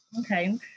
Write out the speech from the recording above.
Okay